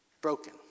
broken